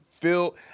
feel